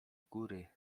góry